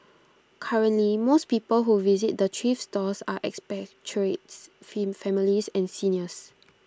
currently most people who visit the thrift stores are expatriates fin families and seniors